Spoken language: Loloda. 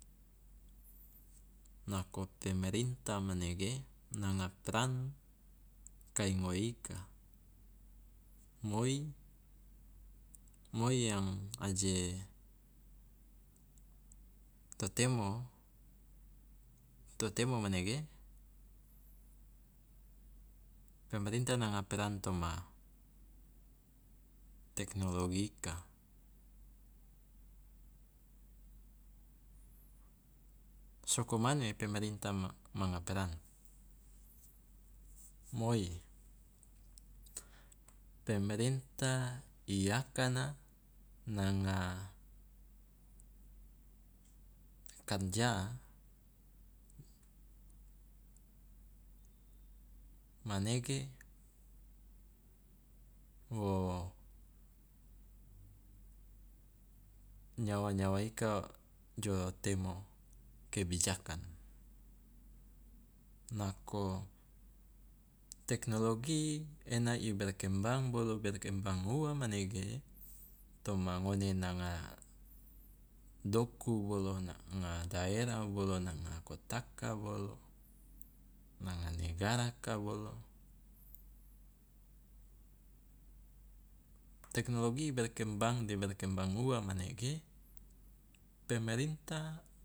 Nako pemerintah manege nanga peran kai ngoe ika. Moi, moi yang aje to temo to temo manege pemerintah nanga peran toma teknologika, soko mane pemerintah ma- manga peran? Moi pemerintah i akana nanga karja manege wo nyawa nyawa ika jo temo kebijakan, nako teknologi ena i berkembang bolo i berkembang ua manege toma ngone nanga doku bolo, nanga daerah bolo, nanga kotaka bolo, nanga negaraka bolo, teknologi berkembang de berkembang ua manege pemerintah